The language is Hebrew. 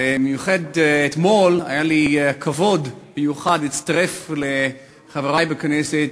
ואתמול היה לי כבוד מיוחד להצטרף לחברי בכנסת